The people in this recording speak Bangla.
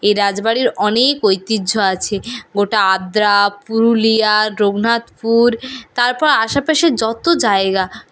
এ রাজবাড়ির অনেক ঐতিহ্য আছে গোটা আদ্রা পুরুলিয়া রঘুনাথপুর তারপর আশেপাশের যতো জায়গা